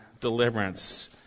deliverance